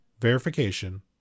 verification